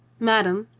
madame,